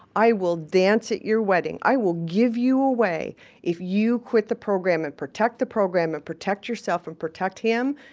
i will dance at your wedding. i will give you away if you quit the program and protect the program and protect yourself and protect him.